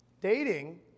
Dating